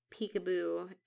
peekaboo